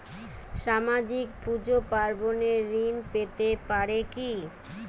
সামাজিক পূজা পার্বণে ঋণ পেতে পারে কি?